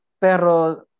Pero